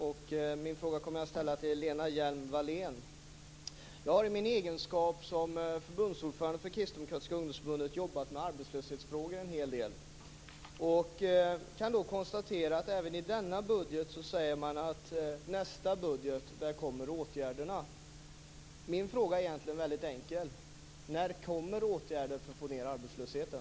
Fru talman! Jag kommer att ställa min fråga till Lena Hjelm-Wallén. Jag har i min egenskap av förbundsordförande för Kristdemokratiska ungdomsförbundet jobbat en hel del med arbetslöshetsfrågor. Jag kan konstatera att man även i denna budget säger att i nästa budget kommer åtgärderna. Min fråga är egentligen väldigt enkel: När kommer åtgärder för att få ned arbetslösheten?